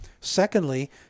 Secondly